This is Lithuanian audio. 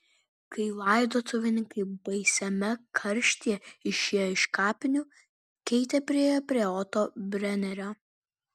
kai laidotuvininkai baisiame karštyje išėjo iš kapinių keitė priėjo prie oto brenerio